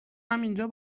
همینجا